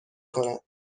کند